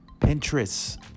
Pinterest